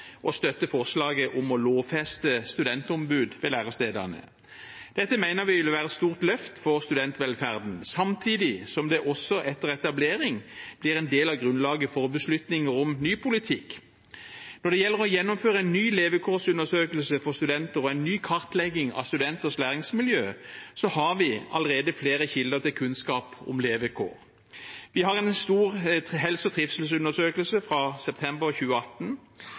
støtte forslaget om å lovfeste studentombud ved lærestedene. Dette mener vi vil være et stort løft for studentvelferden samtidig som det også etter etablering blir en del av grunnlaget for beslutninger om ny politikk. Når det gjelder å gjennomføre en ny levekårsundersøkelse for studenter og en ny kartlegging av studenters læringsmiljø, har vi allerede flere kilder til kunnskap om levekår. Vi har en stor helse- og trivselsundersøkelse fra september 2018,